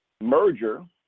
merger